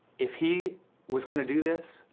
if he was going to do this,